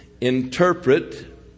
interpret